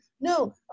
no